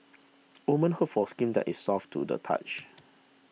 women hope for skin that is soft to the touch